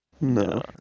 No